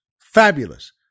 fabulous